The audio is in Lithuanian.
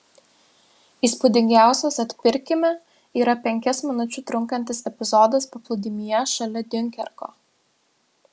įspūdingiausias atpirkime yra penkias minučių trunkantis epizodas paplūdimyje šalia diunkerko